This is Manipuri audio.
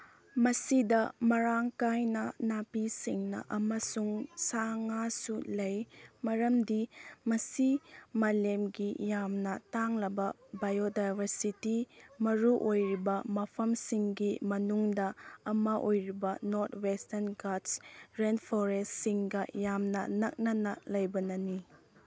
ꯃꯁꯤꯗ ꯃꯔꯥꯡ ꯀꯥꯏꯅ ꯅꯥꯄꯤꯁꯤꯡꯅ ꯑꯃꯁꯨꯡ ꯁꯥ ꯉꯥꯁꯨ ꯂꯩ ꯃꯔꯝꯗꯤ ꯃꯁꯤ ꯃꯂꯦꯝꯒꯤ ꯌꯥꯝꯅ ꯇꯥꯡꯂꯕ ꯕꯥꯌꯣꯗꯥꯏꯚꯔꯁꯤꯇꯤ ꯃꯔꯨ ꯑꯣꯏꯔꯤꯕ ꯃꯐꯝꯁꯤꯡꯒꯤ ꯃꯅꯨꯡꯗ ꯑꯃ ꯑꯣꯏꯔꯤꯕ ꯅꯣꯔꯠ ꯋꯦꯁꯇꯟ ꯘꯥꯠꯁ ꯔꯦꯟꯐꯣꯔꯦꯁꯁꯤꯡꯒ ꯌꯥꯝꯅ ꯅꯛꯅꯅ ꯂꯩꯕꯅꯤꯅ